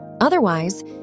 Otherwise